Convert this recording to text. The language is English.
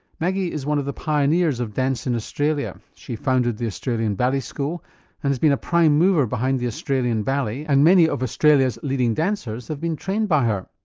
maggie is one of the pioneers of dance in australia. she founded the australian ballet school and has been a prime mover behind the australian ballet and many of australia's leading dancers have been trained by her.